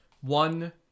one